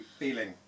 feeling